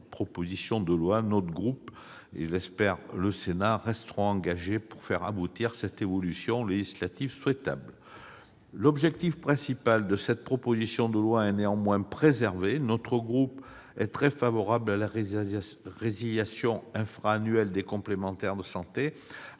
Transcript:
proposition de loi. Notre groupe et, je l'espère, l'ensemble du Sénat resteront engagés pour faire aboutir cette évolution législative souhaitable. L'objectif principal de la proposition de loi est néanmoins préservé. Notre groupe est très favorable à la résiliation infra-annuelle des complémentaires santé,